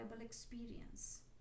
experience